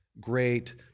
great